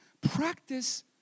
Practice